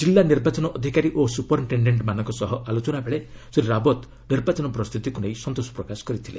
କିଲ୍ଲୁ ନିର୍ବାଚନ ଅଧିକାରୀ ଓ ସୁପରିନଟେଶ୍ଡେଣ୍ଟ ମାନଙ୍କ ସହ ଆଲୋଚନ ବେଳେ ଶ୍ରୀ ରାଓ୍ୱତ ନିର୍ବାଚନ ପ୍ରସ୍ତୁତିକୁ ନେଇ ସନ୍ତୋଷପ୍ରକାଶ କରିଥିଲେ